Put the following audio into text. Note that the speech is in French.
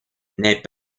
n’est